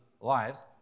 lives